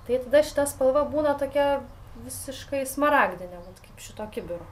tai tada šita spalva būna tokia visiškai smaragdinė kaip šito kibiro